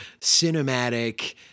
cinematic